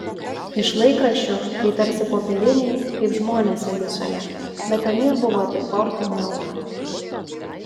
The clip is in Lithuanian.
iš laikraščių tai tarsi popieriniai kaip žmonės alisoje bet anie buvo tik kortų malka